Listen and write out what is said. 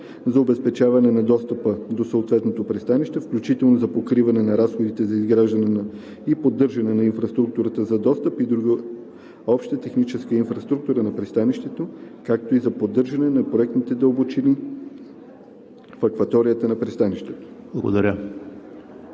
за обезпечаване на достъпа до съответното пристанище, включително за покриване на разходите за изграждане и поддържане на инфраструктурата за достъп и другата обща техническа инфраструктура на пристанището, както и за поддържане на проектните дълбочини в акваторията на пристанището.“